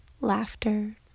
laughter